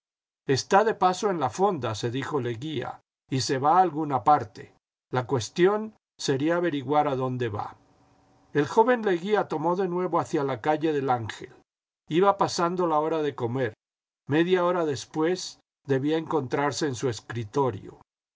está de paso en la fonda se dijo leguía y se va a alguna parte la cuestión sería averiguar adonde va el joven leguía tomó de nuevo hacia la calle del ángel iba pasando la hora de comer media hora después debía encontrarse en su escritorio